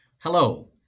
Hello